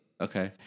Okay